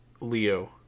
Leo